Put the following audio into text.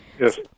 Yes